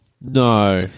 No